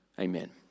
Amen